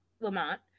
Lamont